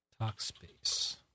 Talkspace